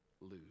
lose